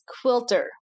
Quilter